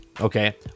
okay